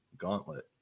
gauntlet